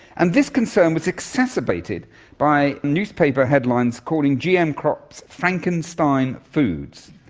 and this concern was exacerbated by newspaper headlines calling gm crops frankenstein foods,